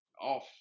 off